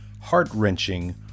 heart-wrenching